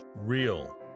real